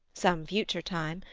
some future time,